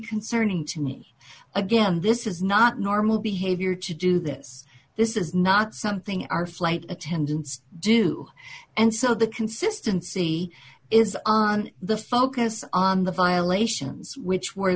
concerning to me again this is not normal behavior to do this this is not something our flight attendants do do and so the consistency is on the focus on the violations which were